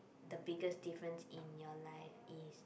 the biggest difference in your life is